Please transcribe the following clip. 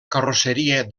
carrosseria